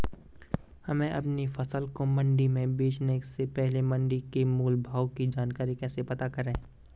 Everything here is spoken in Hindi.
हमें अपनी फसल को मंडी में बेचने से पहले मंडी के मोल भाव की जानकारी कैसे पता करें?